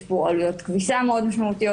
יש פה עלויות כביסה מאוד משמעותיות.